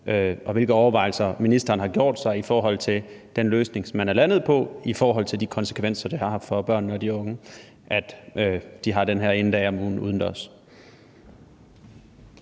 og hvilke overvejelser ministeren har gjort sig i forhold til den løsning, som man er landet på, i forhold til de konsekvenser, det har for børnene og de unge, at de har den her ene dag om ugen udendørs.